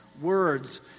words